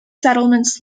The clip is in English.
settlements